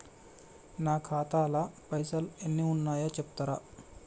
నా ఖాతా లా పైసల్ ఎన్ని ఉన్నాయో చెప్తరా?